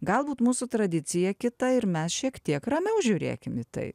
galbūt mūsų tradicija kita ir mes šiek tiek ramiau žiūrėkim į tai